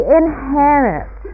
inherit